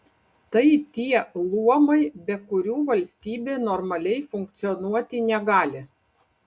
tai tie luomai be kurių valstybė normaliai funkcionuoti negali